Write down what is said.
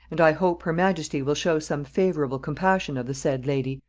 and i hope her majesty will show some favorable compassion of the said lady,